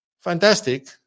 Fantastic